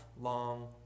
long